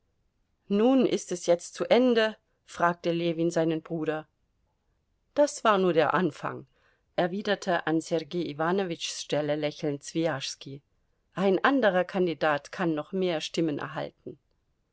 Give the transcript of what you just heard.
nun ist es jetzt zu ende fragte ljewin seinen bruder das war nur der anfang erwiderte an sergei iwanowitschs stelle lächelnd swijaschski ein anderer kandidat kann noch mehr stimmen erhalten